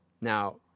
Now